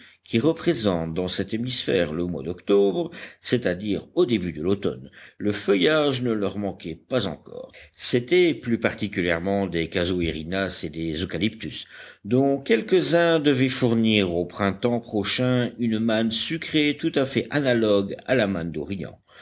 qui représente dans cet hémisphère le mois d'octobre c'est-à-dire au début de l'automne le feuillage ne leur manquait pas encore c'étaient plus particulièrement des casuarinas et des eucalyptus dont quelques-uns devaient fournir au printemps prochain une manne sucrée tout à fait analogue à la manne d'orient